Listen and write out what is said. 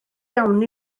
iawn